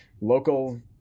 local